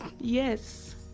yes